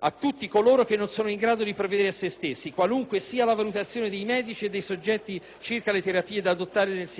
a tutti coloro che non sono in grado di provvedere a se stessi, qualunque sia la valutazione dei medici e dei soggetti circa le terapie da adottare nel singolo caso.